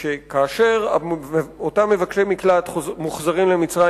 הוא שכאשר אותם מבקשי מקלט מוחזרים למצרים